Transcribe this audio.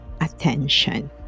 attention